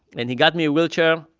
and he got me a wheelchair.